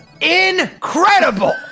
Incredible